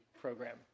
program